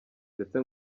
ndetse